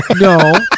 no